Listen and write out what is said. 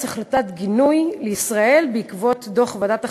החלטת גינוי לישראל בעקבות דוח ועדת החקירה.